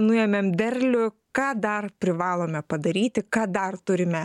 nuėmėm derlių ką dar privalome padaryti ką dar turime